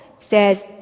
says